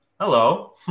Hello